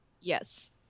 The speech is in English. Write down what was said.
yes